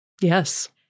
Yes